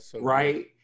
Right